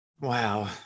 Wow